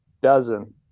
dozen